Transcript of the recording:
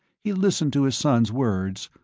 he listened to his son's words,